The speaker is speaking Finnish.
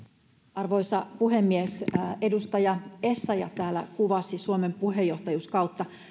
arvoisa puhemies edustaja essayah täällä kuvasi suomen puheenjohtajuuskautta